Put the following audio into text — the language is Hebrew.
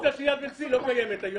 האופציה של יד בן צבי לא קיימת היום,